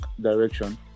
direction